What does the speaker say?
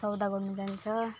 सौदा गर्नु जान्छ